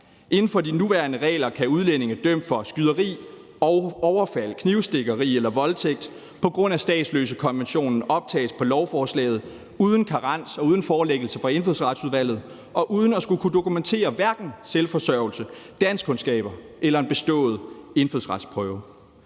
Inden for de nuværende regler kan udlændinge dømt for skyderi, overfald, knivstikkeri eller voldtægt på grund af statsløsekonventionen optages på lovforslaget uden karens og uden forelæggelse for Indfødsretsudvalget og uden at skulle dokumentere hverken selvforsørgelse, danskkundskaber eller en bestået indfødsretsprøve.